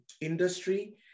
industry